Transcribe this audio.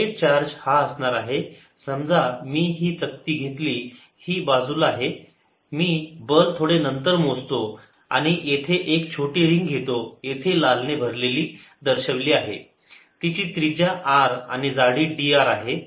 net charge हा असणार आहे समजा मी ही चकती घेतली ही बाजूला आहे मी थोडे नंतर बल मोजतो आणि येथे एक छोटी रिंग घेतो येथे लाल ने भरलेली दर्शवली आहे तिची त्रिज्या r आणि जाडी dr आहे